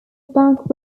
bank